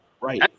Right